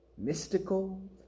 mystical